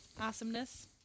Awesomeness